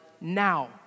now